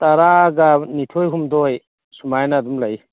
ꯇꯔꯥꯒ ꯅꯤꯊꯣꯏ ꯍꯨꯝꯗꯣꯏ ꯁꯨꯃꯥꯏꯅ ꯑꯗꯨꯝ ꯂꯩ